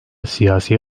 siyasi